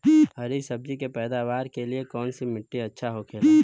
हरी सब्जी के पैदावार के लिए कौन सी मिट्टी अच्छा होखेला?